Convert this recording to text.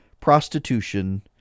prostitution